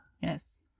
yes